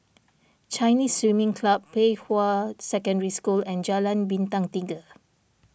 Chinese Swimming Club Pei Hwa Secondary School and Jalan Bintang Tiga